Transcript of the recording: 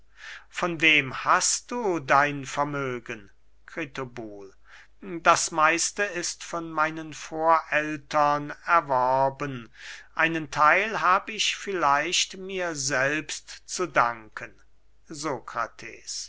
von wem hast du dein vermögen kritobul das meiste ist von meinen vorältern erworben einen theil hab ich vielleicht mir selbst zu danken